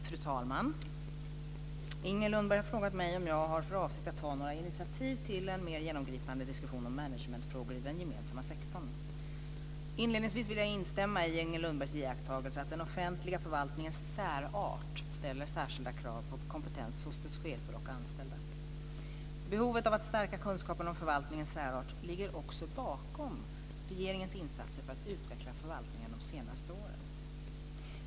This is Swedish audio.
Fru talman! Inger Lundberg har frågat mig om jag har för avsikt att ta några initiativ till en mer genomgripande diskussion om managementfrågor i den gemensamma sektorn. Inledningsvis vill jag instämma i Inger Lundbergs iakttagelse att den offentliga förvaltningens särart ställer särskilda krav på kompetens hos dess chefer och anställda. Behovet av att stärka kunskapen om förvaltningens särart har också legat bakom regeringens insatser för att utveckla förvaltningen de senaste åren.